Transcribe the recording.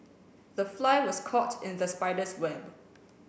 the fly was caught in the spider's web